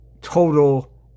total